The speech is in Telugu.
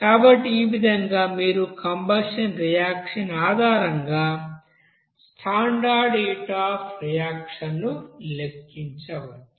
కాబట్టి ఈ విధంగా మీరు కంబషన్ రియాక్షన్ ఆధారంగా స్టాండర్డ్ హీట్ అఫ్ రియాక్షన్ ను లెక్కించవచ్చు